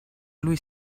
lui